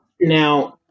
now